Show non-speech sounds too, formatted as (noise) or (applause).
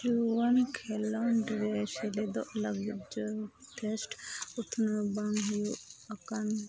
ᱡᱩᱣᱟᱹᱱ ᱠᱷᱮᱞᱳᱸᱰ ᱨᱮ ᱥᱮᱞᱮᱫᱚᱜ ᱞᱟᱹᱜᱤᱫ (unintelligible) ᱩᱛᱱᱟᱹᱣ ᱵᱟᱝ ᱦᱩᱭᱩᱜ ᱟᱠᱟᱱ